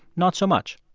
not so much